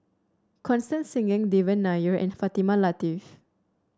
Constance Singam Devan Nair and Fatimah Lateef